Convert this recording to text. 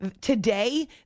today